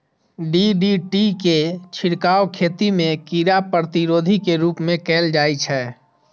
DDT के छिड़काव खेती मे कीड़ा प्रतिरोधी के रूप मे कैल जाइ छै